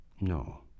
No